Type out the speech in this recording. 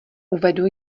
uvedu